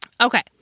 Okay